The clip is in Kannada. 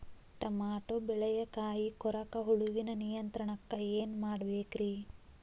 ಟಮಾಟೋ ಬೆಳೆಯ ಕಾಯಿ ಕೊರಕ ಹುಳುವಿನ ನಿಯಂತ್ರಣಕ್ಕ ಏನ್ ಮಾಡಬೇಕ್ರಿ?